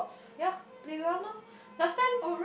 ya playground lor last time